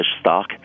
stock